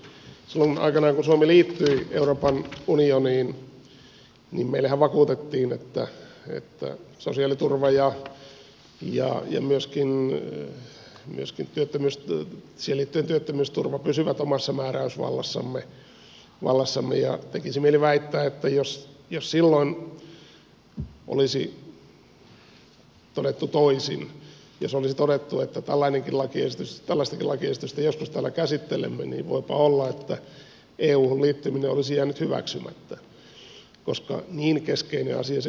silloin aikanaan kun suomi liittyi euroopan unioniin meillehän vakuutettiin että sosiaaliturva ja siihen liittyen myöskin työttömyysturva pysyvät omassa määräysvallassamme ja tekisi mieli väittää että jos silloin olisi todettu toisin jos olisi todettu että tällaistakin lakiesitystä joskus täällä käsittelemme niin voipa olla että euhun liittyminen olisi jäänyt hyväksymättä koska niin keskeinen asia se kuitenkin oli